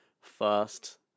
First